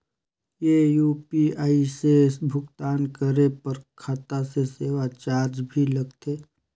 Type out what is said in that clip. ये यू.पी.आई से भुगतान करे पर खाता से सेवा चार्ज भी लगथे?